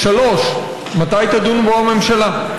3. מתי תדון בו הממשלה?